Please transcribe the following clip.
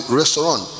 restaurant